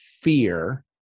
fear